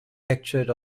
lectured